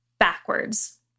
backwards